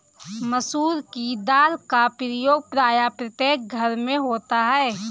मसूर की दाल का प्रयोग प्रायः प्रत्येक घर में होता है